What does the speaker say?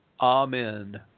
Amen